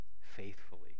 faithfully